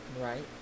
Right